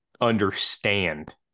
understand